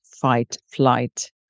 fight-flight